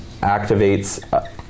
activates